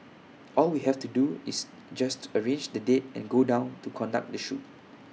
all we have to do is just arrange the date and go down to conduct the shoot